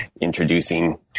introducing